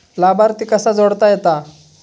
लाभार्थी कसा जोडता येता?